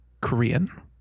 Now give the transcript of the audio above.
Korean